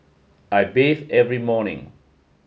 I bathe every morning